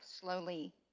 slowly